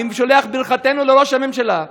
אני שולח ברכתנו לראש הממשלה,